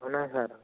అవునా సార్